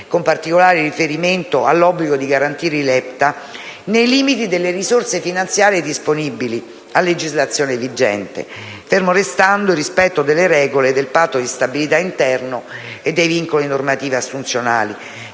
con particolare riferimento all'obbligo di garantire i LEPTA, nei limiti delle risorse finanziarie disponibili a legislazione vigente, fermo restando il rispetto delle regole del Patto di stabilità interno e dei vincoli normativi assunzionali.